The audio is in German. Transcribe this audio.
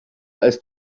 als